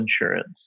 insurance